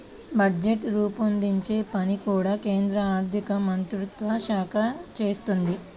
budget రూపొందించే పని కూడా కేంద్ర ఆర్ధికమంత్రిత్వ శాఖే చేస్తుంది